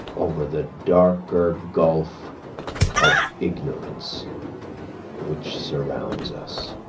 over the darker gulf of ignorance which surrounds us.